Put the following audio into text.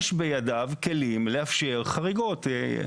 יש בידיו כלים לאפשר חריגות.